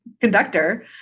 conductor